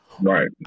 Right